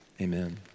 amen